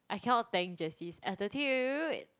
I cannot tank Jessie's attitude